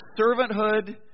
servanthood